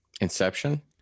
Inception